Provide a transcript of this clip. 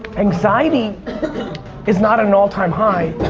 anxiety is not an all time high.